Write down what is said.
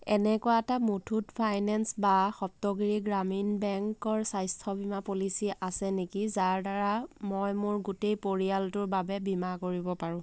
এনেকুৱা এটা মুথুত ফাইনেন্স বা সপ্তগিৰি গ্ৰামীণ বেংকৰ স্বাস্থ্য বীমা পলিচি আছে নেকি যাৰ দ্বাৰা মই মোৰ গোটেই পৰিয়ালটোৰ বাবে বীমা কৰিব পাৰোঁ